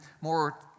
more